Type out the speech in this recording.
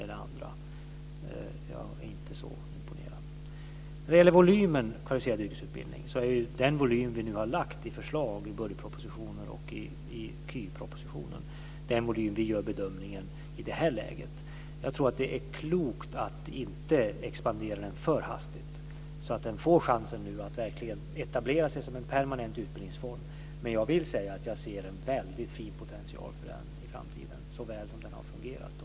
Jag är inte så imponerad. Den volym på den kvalificerade yrkesutbildningen som vi har föreslagit i budgetpropositionen och i KY-propositionen är den volym som vi bedömer är rätt i det här läget. Jag tror att det är klokt att inte expandera den för hastigt, så att den får chansen att nu verkligen etablera sig som en permanent utbildningsform. Men jag vill säga att jag ser en väldigt fin potential för den i framtiden så väl som den har fungerat.